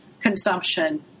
consumption